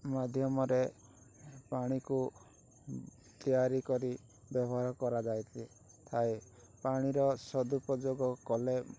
ମାଧ୍ୟମରେ ପାଣିକୁ ତିଆରି କରି ବ୍ୟବହାର କରାଯାଇ ଥାଏ ପାଣିର ସଦୁପଯୋଗ କଲେ